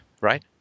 right